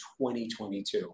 2022